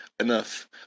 enough